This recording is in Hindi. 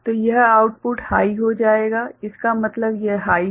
तो यह आउटपुट हाइ हो जाएगा इसका मतलब यह हाइ है